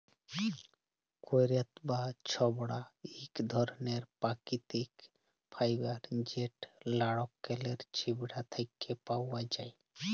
কইর বা ছবড়া ইক ধরলের পাকিতিক ফাইবার যেট লাইড়কেলের ছিবড়া থ্যাকে পাউয়া যায়